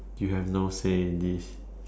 you have no say in this